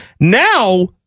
Now